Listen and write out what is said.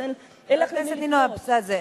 אז אין לך למי לפנות.